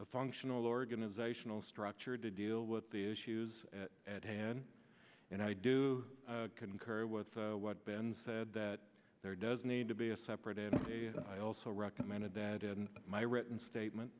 a functional organizational structure to deal with the issues at hand you know i do concur with what ben said that there does need to be a separate and i also recommended that in my written statement